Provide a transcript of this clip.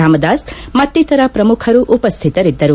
ರಾಮ್ದಾಸ್ ಮತ್ತಿತರ ಪ್ರಮುಖರು ಉಪಸ್ಥಿತರಿದ್ದರು